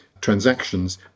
transactions